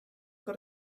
got